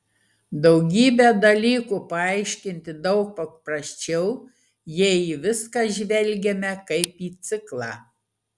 daugybę dalykų paaiškinti daug paprasčiau jei į viską žvelgiame kaip į ciklą